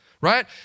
right